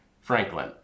Franklin